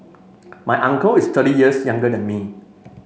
my uncle is thirty years younger than me